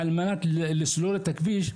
כדי לסלול את הכביש,